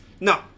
No